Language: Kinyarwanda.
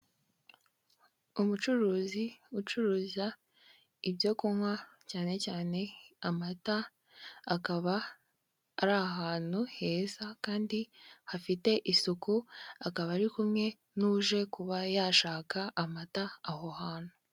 Umucuruzi ucuruza ibyo kunywa, cyane cyane amata, akaba ari ahantu heza kandi hafite isuku, akaba ari kumwe n'uje kuba yashaka amata aho hantu.